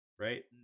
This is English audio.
Right